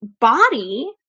body